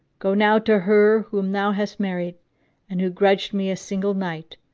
go now to her whom thou hast married and who grudged me a single night,